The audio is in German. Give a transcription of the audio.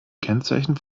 kennzeichen